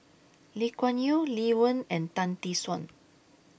Lee Kuan Yew Lee Wen and Tan Tee Suan